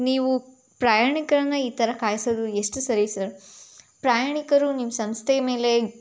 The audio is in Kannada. ನೀವು ಪ್ರಯಾಣಿಕರನ್ನು ಈ ಥರ ಕಾಯಿಸೋದು ಎಷ್ಟು ಸರಿ ಸರ್ ಪ್ರಯಾಣಿಕರು ನಿಮ್ಮ ಸಂಸ್ಥೆ ಮೇಲೆ